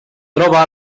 troba